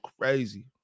crazy